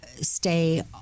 stay